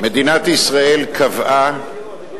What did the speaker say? מדינת ישראל קבעה